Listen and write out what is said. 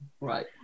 Right